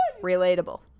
relatable